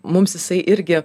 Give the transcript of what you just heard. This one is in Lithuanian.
mums jisai irgi